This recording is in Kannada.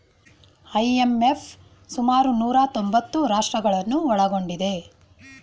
ಐ.ಎಂ.ಎಫ್ ಸುಮಾರು ನೂರಾ ತೊಂಬತ್ತು ರಾಷ್ಟ್ರಗಳನ್ನು ಒಳಗೊಂಡಿದೆ